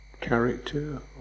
character